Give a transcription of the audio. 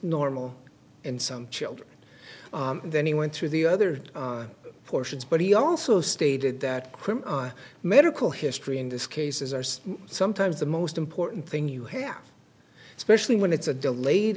normal in some children and then he went through the other portions but he also stated that crim medical history in this case is ours sometimes the most important thing you have especially when it's a delayed